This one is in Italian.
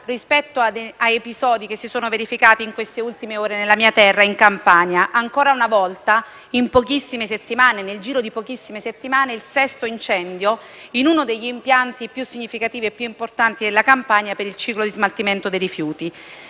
su alcuni episodi che si sono verificati in queste ultime ore nella mia terra, in Campania. Nel giro di pochissime settimane c'è stato il sesto incendio in uno degli impianti più significativi e più importanti della Campania per il ciclo di smaltimento dei rifiuti.